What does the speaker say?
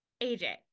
AJ